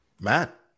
Matt